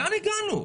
לאן הגענו?